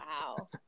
Wow